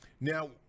Now